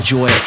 Joy